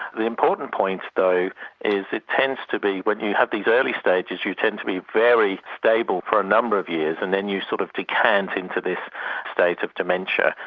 the important point though is it tends to be, when you have these early stages you tend to be very stable for a number of years and then you sort of decant into this state of dementia.